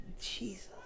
Jesus